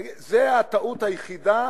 תגיד, זאת הטעות היחידה